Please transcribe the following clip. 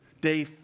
Day